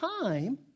time